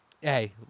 hey